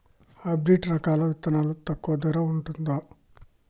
Hybrid రకాల విత్తనాలు తక్కువ ధర ఉంటుందా?